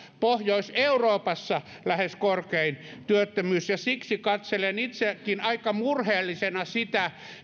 pohjois euroopassa lähes korkein työttömyys siksi katselen itsekin aika murheellisena sitä